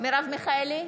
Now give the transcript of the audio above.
מרב מיכאלי,